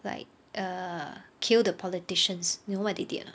like err kill the politicians you know what they did or not